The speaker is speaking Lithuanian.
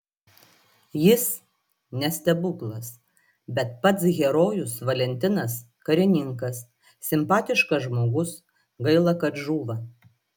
jis ne stebuklas bet pats herojus valentinas karininkas simpatiškas žmogus gaila kad žūva